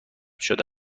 شده